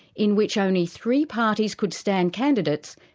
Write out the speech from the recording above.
in which only three parties could stand candidates,